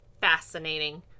Fascinating